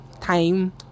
time